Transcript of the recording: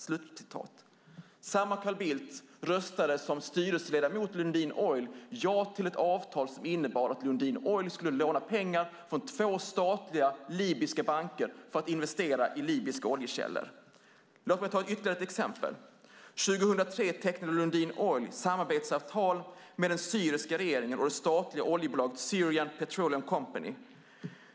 Samme Carl Bildt röstade som styrelseledamot i Lundin Oil ja till ett avtal som innebar att Lundin Oil skulle låna pengar från två statliga libyska banker för att investera i libyska oljekällor. Låt mig ta ytterligare ett exempel. År 2003 tecknade Lundin Oil samarbetsavtal med den syriska regeringen och det statliga oljebolaget Syrian Petroleum Company.